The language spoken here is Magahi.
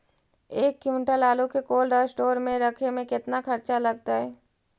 एक क्विंटल आलू के कोल्ड अस्टोर मे रखे मे केतना खरचा लगतइ?